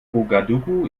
ouagadougou